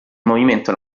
movimento